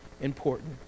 important